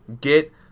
get